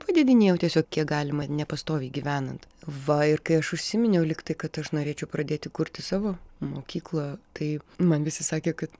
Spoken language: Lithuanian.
padedinėjau kiek galima nepastoviai gyvenant va ir kai aš užsiminiau lygtai kad aš norėčiau pradėti kurti savo mokyklą tai man visi sakė kad